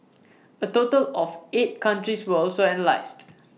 A total of eight countries were also analysed